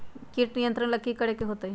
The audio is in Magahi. किट नियंत्रण ला कि करे के होतइ?